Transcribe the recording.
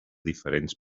diferents